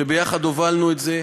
שביחד הובלנו את זה.